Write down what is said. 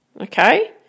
okay